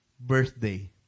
birthday